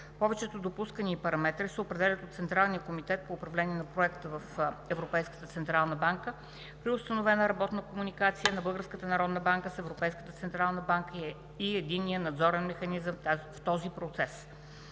Повечето допускания и параметри се определят от централния комитет по управление на проекта в Европейската централна банка при установена работна комуникация на Българската народна банка с Европейската централна банка и Единния надзорен механизъм в този процес.